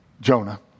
Jonah